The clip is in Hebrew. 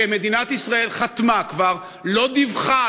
שמדינת ישראל חתמה עליו כבר ולא דיווחה,